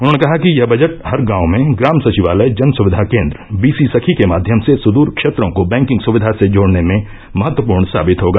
उन्होंने कहा कि यह बजट हर गांव में ग्राम सचिवालय जन सुविघा केन्द्र बीसी सखी के माध्यम से संदृर क्षेत्रों को बैंकिंग सुक्यिा से जोडने में महत्वपूर्ण साबित होगा